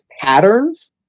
patterns